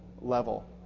level